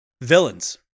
Villains